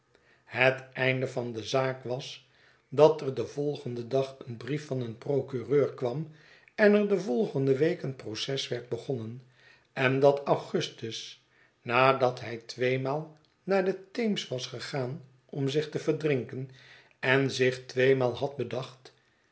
het einde van de zaak was dat er den volgenden dag een brief van een procureur kwam en er de volgende week een proces werd begonnen en dat augustus nadat hij tweemaal naar den teems was gegaan om zich te verdrinken en zich tweemaal had bedacht